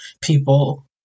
people